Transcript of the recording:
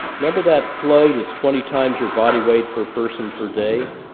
remember that flow that's twenty times your body weight per person per day,